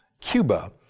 Cuba